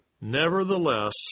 Nevertheless